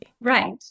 Right